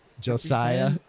Josiah